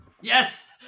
Yes